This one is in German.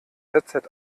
headset